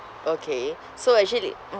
okay so actually mm